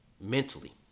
mentally